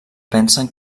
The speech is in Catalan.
pensen